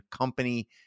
company